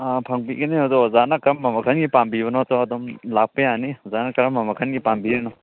ꯑꯥ ꯐꯪꯕꯤꯒꯅꯤ ꯑꯗꯣ ꯑꯣꯖꯥꯅ ꯀꯔꯝꯕ ꯃꯈꯜꯒꯤ ꯄꯥꯝꯕꯤꯕꯅꯣꯗꯣ ꯑꯗꯨꯝ ꯂꯥꯛꯄ ꯌꯥꯅꯤ ꯑꯣꯖꯥꯅ ꯀꯔꯝꯕ ꯃꯈꯟꯒꯤ ꯄꯥꯝꯕꯤꯔꯤꯅꯣ